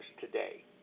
today